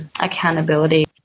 accountability